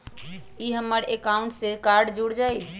ई हमर अकाउंट से कार्ड जुर जाई?